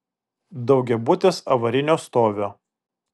daugiabutis avarinio stovio